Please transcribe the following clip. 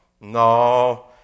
No